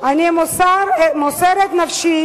אני מוסר את נפשי